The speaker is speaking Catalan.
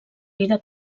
vida